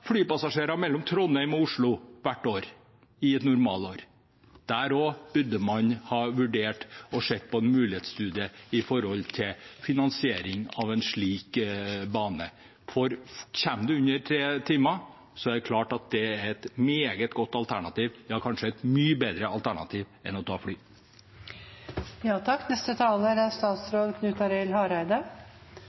flypassasjerer mellom Trondheim og Oslo hvert år i et normalår. Der også burde man vurdert å se på en mulighetsstudie på finansieringen av en slik bane. Kommer man under tre timer, er det klart at det er et meget godt alternativ, ja, kanskje et mye bedre alternativ enn å ta